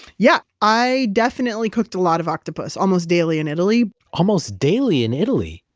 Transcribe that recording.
yeah. i definitely cooked a lot of octopus almost daily in italy almost daily in italy?